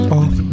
off